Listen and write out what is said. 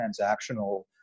transactional